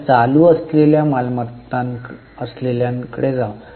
आता चालू असलेल्यांकडे जाऊ